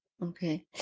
Okay